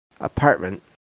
apartment